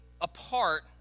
apart